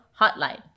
hotline